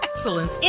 excellence